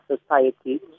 society